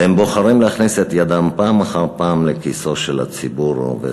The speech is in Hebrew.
"הם בוחרים להכניס את ידם פעם אחר פעם לכיסו של הציבור שעובד,